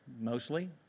mostly